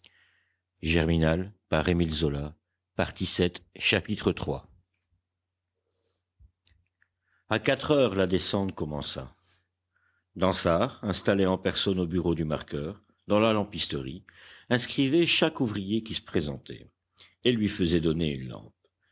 iii a quatre heures la descente commença dansaert installé en personne au bureau du marqueur dans la lampisterie inscrivait chaque ouvrier qui se présentait et lui faisait donner une lampe